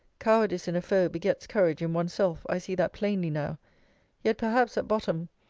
cowardice in a foe begets courage in one's self i see that plainly now yet perhaps, at bottom,